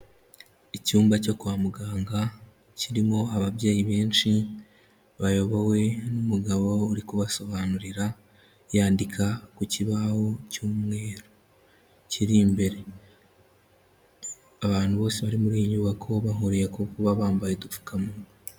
Icyumba cyo kwa muganga kirimo ababyeyi benshi, bayobowe n'umugabo uri kubasobanurira yandika ku kibaho cy'umweru kiri imbere. Abantu bose bari muri iyi nyubako bahuriye ku kuba bambaye udupfukamunwa.